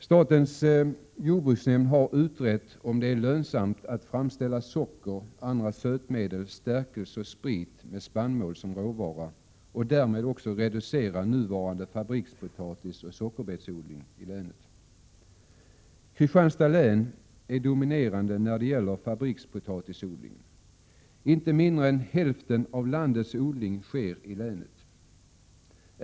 Statens jordbruksnämnd har utrett om det är lönsamt att framställa socker, andra sötmedel, stärkelse och sprit med spannmål som råvara och därmed reducera nuvarande fabrikspotatisoch sockerbetsodling i länet. Kristianstads län är dominerande när det gäller fabrikspotatisodlingen. Inte mindre än hälften av landets odling sker i länet.